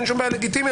לגיטימי.